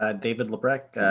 ah david labreck,